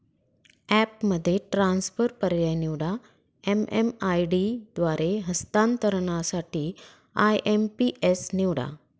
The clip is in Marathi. ॲपमध्ये ट्रान्सफर पर्याय निवडा, एम.एम.आय.डी द्वारे हस्तांतरणासाठी आय.एम.पी.एस निवडा